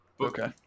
Okay